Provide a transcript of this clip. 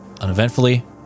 uneventfully